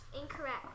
Incorrect